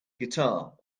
guitar